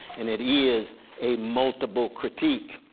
and it is a multiple critique.